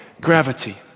gravity